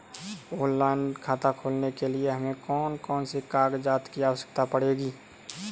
Online खाता खोलने के लिए हमें कौन कौन से कागजात की आवश्यकता पड़ेगी?